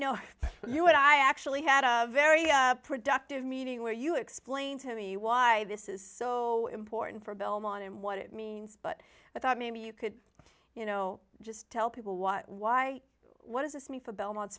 know you and i actually had a very productive meeting where you explain to me why this is so important for belmont and what it means but i thought maybe you could you know just tell people what why what does this mean for belmont